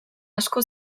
asko